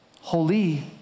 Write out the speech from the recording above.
holy